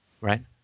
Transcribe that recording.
Right